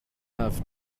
have